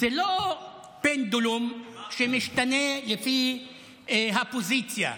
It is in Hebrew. זה לא פנדולום, שמשתנה לפי הפוזיציה.